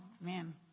man